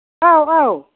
औ औ